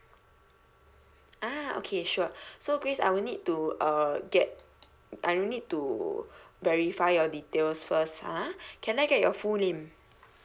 ah okay sure so grace I will need to uh get I will need to verify your details first ah can I get your full name